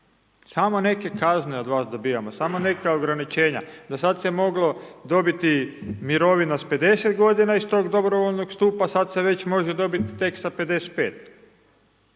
Samo neke kazne od vas dobivamo, samo neka ograničenja. Do sada se mogla dobiti mirovina s 50 godina iz toga dobrovoljnog stupa, sad se može dobiti tek sa 55,